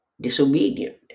disobedient